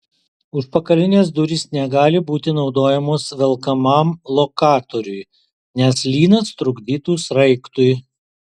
užpakalinės durys negali būti naudojamos velkamam lokatoriui nes lynas trukdytų sraigtui